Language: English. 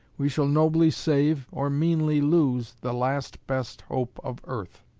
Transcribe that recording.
we shall nobly save, or meanly lose, the last best hope of earth.